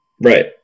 Right